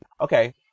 Okay